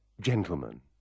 Gentlemen